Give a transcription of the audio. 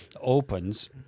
opens